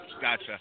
Gotcha